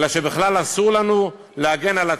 אלא שבכלל אסור לנו להגן על עצמנו.